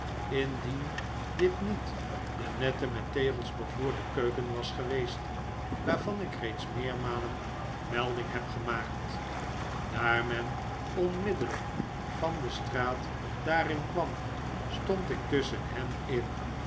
indien dit niet de nette met tegels bevloerde keuken was geweest waarvan ik reeds meermalen melding heb gemaakt daar men onmiddellijk van de straat daarin kwam stond ik tusschen hen in